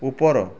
ଉପର